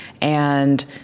And-